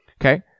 Okay